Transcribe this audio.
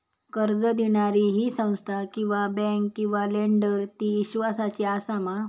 कर्ज दिणारी ही संस्था किवा बँक किवा लेंडर ती इस्वासाची आसा मा?